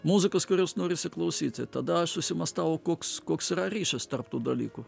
muzikos kurios norisi klausyti tada aš susimąstau o koks koks yra ryšis tarp tų dalykų